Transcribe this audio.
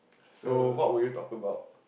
so what would you talk about